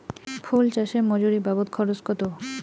ফুল চাষে মজুরি বাবদ খরচ কত?